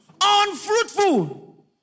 Unfruitful